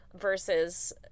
versus